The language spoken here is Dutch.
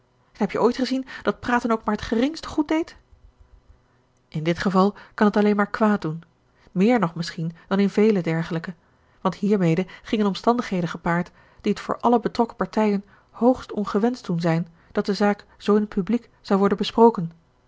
heb je ooit gezien dat praten ook maar t geringste goed deed in dit geval kan het alleen maar kwaad doen meer nog misschien dan in vele dergelijke want hiermede gingen omstandigheden gepaard die het voor alle betrokken partijen hoogst ongewenscht doen zijn dat de zaak zoo in t publiek zou worden besproken